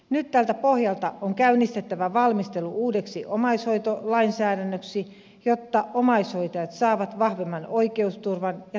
nyt tältä pohjalta on käynnistettävä valmistelu uudeksi omaishoitolainsäädännöksi jotta omaishoitajat saavat vahvemman oikeusturvan ja tarvittavan tuen